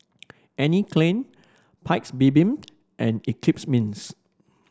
Anne Klein Paik's Bibim and Eclipse Mints